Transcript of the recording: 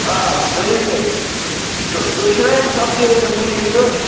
آ ؤنِو سے تُہۍ تُہۍ چھِو نا یِم سبزی وٲلِۍ یِم مجیٖد صٲب